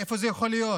איפה זה יכול להיות?